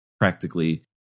practically